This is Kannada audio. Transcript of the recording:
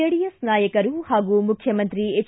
ಜೆಡಿಎಸ್ ನಾಯಕರು ಹಾಗೂ ಮುಖ್ಯಮಂತ್ರಿ ಹೆಚ್